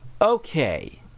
okay